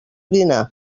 dinar